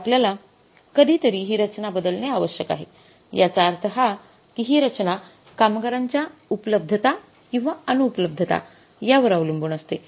तर आपल्याला कधीतरी हि रचना बदलणे आवश्यक आहे याचा अर्थ हा कि हि रचना कामगारांच्या उपलब्धता किंवा अनुउप्लब्धता यावर अवलंबून असते